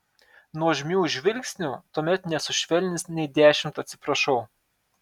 nuožmių žvilgsnių tuomet nesušvelnins nei dešimt atsiprašau